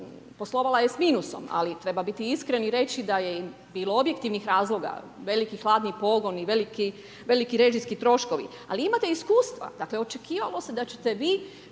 poslovala je sa minusom ali treba biti iskren i reći da je bilo objektivnih razloga, veliki hladni pogon i veliki režijski troškovi, ali imate iskustva, dakle očekivalo se da ćete vi